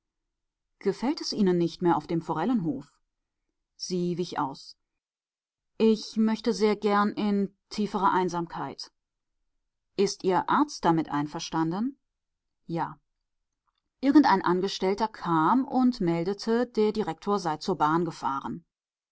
gefällt es ihnen nicht mehr auf dem forellenhof sie wich aus ich möchte sehr gern in tiefere einsamkeit ist ihr arzt damit einverstanden ja irgendein angestellter kam und meldete der direktor sei zur bahn gefahren